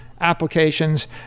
applications